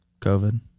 COVID